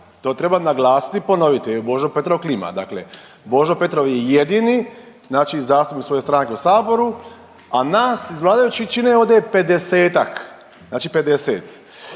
To treba naglasiti i ponoviti jer Božo Petrov klima. Dakle, Božo Petrov je jedini znači zastupnik svoje stranke u saboru, a nas iz vladajućih čine ovde 50-ak, znači 50,